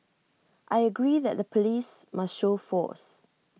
I agree that the Police must show force